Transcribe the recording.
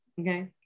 Okay